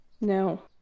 No